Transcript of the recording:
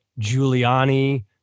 Giuliani